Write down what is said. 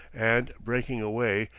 and, breaking away,